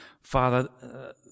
Father